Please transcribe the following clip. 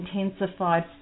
intensified